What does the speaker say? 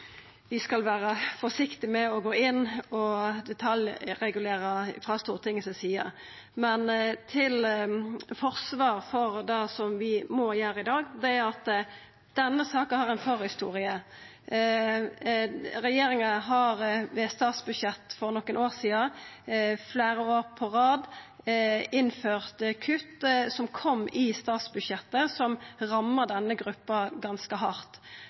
vi skal vera forsiktige med å gå inn og detaljregulera frå Stortinget si side, men til forsvar for det som vi må gjera i dag, er at denne saka har ei forhistorie. Regjeringa har fleire år på rad innført kutt i statsbudsjettet som har ramma denne gruppa ganske